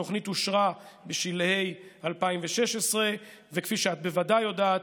התוכנית אושרה בשלהי שנת 2016. כפי שאת בוודאי יודעת,